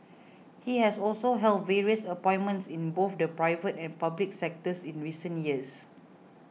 he has also held various appointments in both the private and public sectors in recent years